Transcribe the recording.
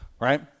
right